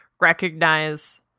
recognize